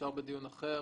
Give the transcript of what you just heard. אפשר בדיון אחר.